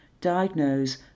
diagnose